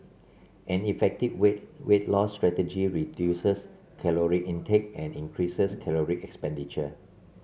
an effective weight weight loss strategy reduces caloric intake and increases caloric expenditure